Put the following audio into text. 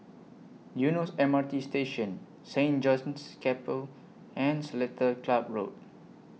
Eunos M R T Station Saint John's Chapel and Seletar Club Road